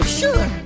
sure